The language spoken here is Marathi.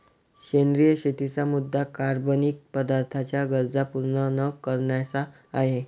सेंद्रिय शेतीचा मुद्या कार्बनिक पदार्थांच्या गरजा पूर्ण न करण्याचा आहे